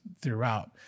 throughout